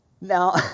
now